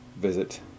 visit